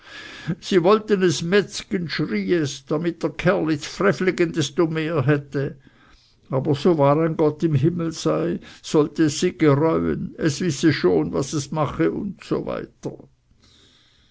sie wollten es metzgen schrie es damit der kerli zfrevligen desto mehr hätte aber so wahr ein gott im himmel sei sollte es sie gereuen es wisse schon was es mache usw